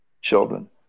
children